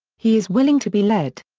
he is willing to be led.